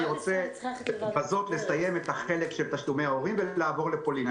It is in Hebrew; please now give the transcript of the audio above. אני רוצה בזאת לסיים את החלק של תשלומי ההורים ולעבור לפולין.